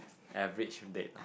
average date